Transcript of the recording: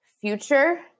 future